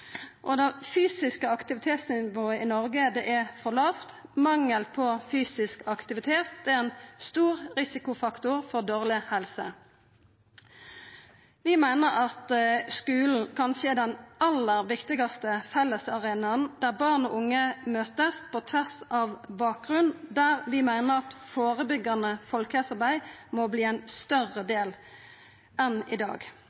helse. Det fysiske aktivitetsnivået i Noreg er for lågt. Mangel på fysisk aktivitet er ein stor risikofaktor for dårleg helse. Vi meiner at skulen kanskje er den aller viktigaste fellesarenaen der barn og unge møtest på tvers av bakgrunn, og der vi meiner at førebyggjande folkehelsearbeid må verta ein større del enn i dag.